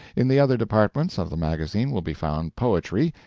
in the other departments of the magazine will be found poetry,